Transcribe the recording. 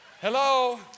Hello